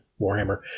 Warhammer